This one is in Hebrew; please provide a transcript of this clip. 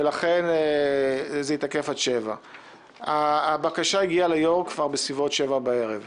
ולכן זה התעכב עד 19:00. הבקשה הגיעה ליושב-ראש כבר בסביבות 19:00 בערב.